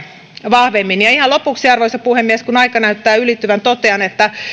vahvemmin ja ihan lopuksi arvoisa puhemies kun aika näyttää ylittyvän totean että